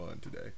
today